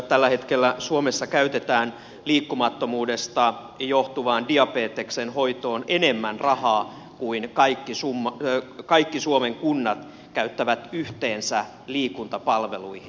tällä hetkellä suomessa käytetään liikkumattomuudesta johtuvan diabeteksen hoitoon enemmän rahaa kuin kaikki suomen kunnat käyttävät yhteensä liikuntapalveluihin